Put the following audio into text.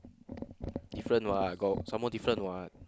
different what I got some more different what